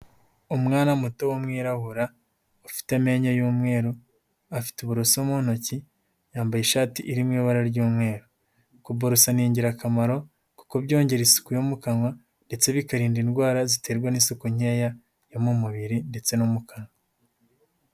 Umwana muto w'umwirabura ufite amenyo y'umweru, afite uburoso mu ntoki, yambaye ishati iri mu ibara ry'umweru, kuborosa ni ingirakamaro kuko byongera isuku yo mu kanwa ndetse bikanarinda indwara ziterwa n'isuku nkeya yo mu mubiri ndetse no mu kanwa.